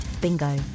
Bingo